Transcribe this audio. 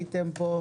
הייתם פה.